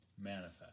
manifest